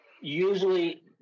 usually